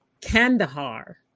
Kandahar